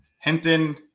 Hinton